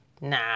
nah